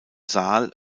saal